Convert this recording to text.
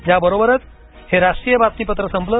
याबरोबरच हे राष्ट्रीय बातमीपत्र संपलं